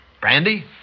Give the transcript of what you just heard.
Brandy